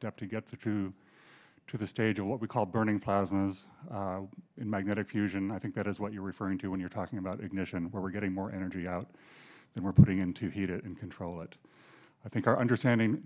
step to get the two to the stage of what we call burning plasmas in magnetic fusion and i think that is what you're referring to when you're talking about ignition where we're getting more energy out and we're putting into heat and control that i think our understanding